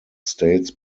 states